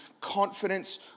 confidence